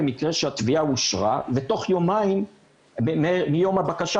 זו מקרה שהתביעה אושרה בתוך יומיים מיום הבקשה.